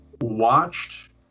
watched